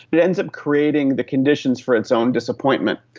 it ends up creating the conditions for its own disappointment.